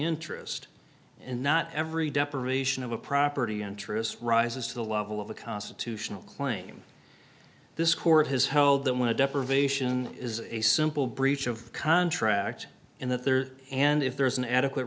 interest and not every deprivation of a property interest rises to the level of a constitutional claim this court has held that when a deprivation is a simple breach of contract in the third and if there is an adequate